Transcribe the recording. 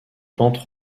pentes